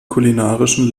kulinarischen